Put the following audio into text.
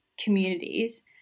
communities